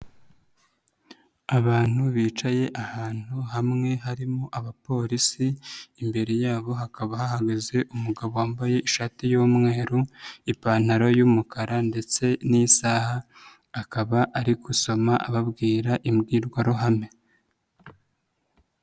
Abantu bicaye ahantu hamwe harimo abapolisi imbere yabo hakaba hahagaze umugabo wambaye ishati y'umweru, ipantaro y'umukara ndetse n'isaha akaba ari gusoma ababwira imbwirwaruhame.